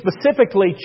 specifically